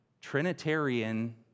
Trinitarian